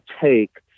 take